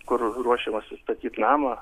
kur ruošiamasi statyt namą